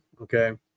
Okay